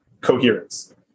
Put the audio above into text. coherence